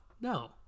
no